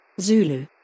Zulu